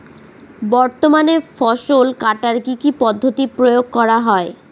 বর্তমানে ফসল কাটার কি কি পদ্ধতি প্রয়োগ করা হয়?